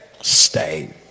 Stay